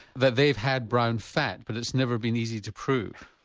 that they've had brown fat, but it's never been easy to prove.